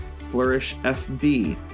flourishfb